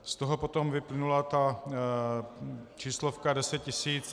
Z toho potom vyplynula ta číslovka 10 tisíc.